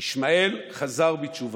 ישמעאל חזר בתשובה,